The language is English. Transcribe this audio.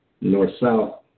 north-south